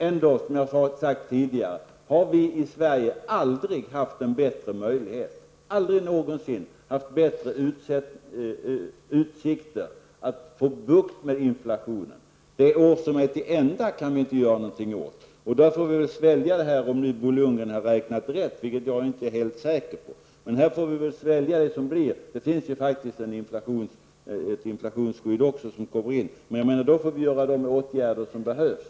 Ändå, vilket jag sagt tidigare, har vi aldrig i Sverige haft bättre möjligheter och utsikter -- aldrig någonsin -- att få bukt med inflationen. Det år som snart är till ända kan vi inte göra något åt. Det får vi väl svälja, om Bo Lundgren nu har räknat rätt, vilket jag inte är helt säker på. Det finns faktiskt ett inflationsskydd också. Då får vi vidta de åtgärder som behövs.